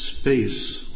space